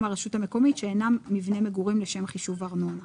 הרשות המקומית שאינם מבנה מגורים לשם חישוב ארנונה.